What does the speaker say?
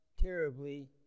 terribly